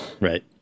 Right